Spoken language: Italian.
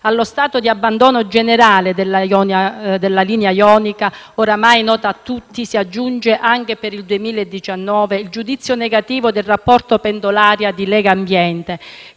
Allo stato di abbandono generale della linea ionica, oramai nota a tutti, si aggiunge, anche per il 2019, il giudizio negativo del rapporto Pendolaria di Legambiente,